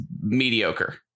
mediocre